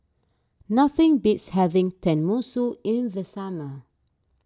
nothing beats having Tenmusu in the summer